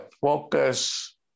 focus